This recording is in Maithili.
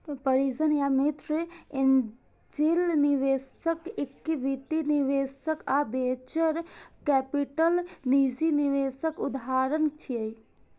परिजन या मित्र, एंजेल निवेशक, इक्विटी निवेशक आ वेंचर कैपिटल निजी निवेशक उदाहरण छियै